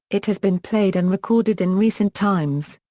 it has been played and recorded in recent times.